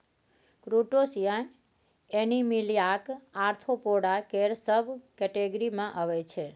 crustacean एनीमिलियाक Arthropoda केर subcategory मे अबै छै